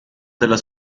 della